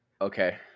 Okay